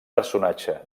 personatge